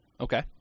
Okay